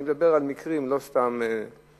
אני מדבר על מקרים ולא סתם משלים,